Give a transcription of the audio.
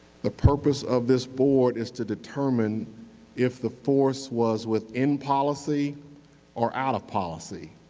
the purpose of this board is to determine if the force was within policy or out of policy.